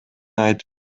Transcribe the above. айтып